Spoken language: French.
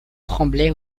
tremblaient